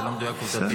זה לא מדויק עובדתית.